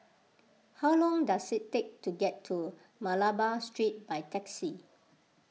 how long does it take to get to Malabar Street by taxi